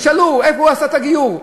ישאלו איפה הוא עשה את הגיור,